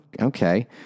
okay